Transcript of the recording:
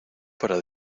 para